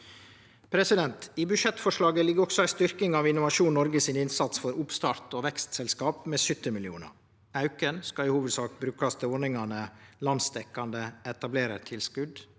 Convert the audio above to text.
Noreg. I budsjettforslaget ligg også ei styrking av Innovasjon Noreg si innsats for oppstarts- og vekstselskap med 70 mill. kr. Auken skal i hovudsak brukast til ordningane Landsdekkande etablerartilskot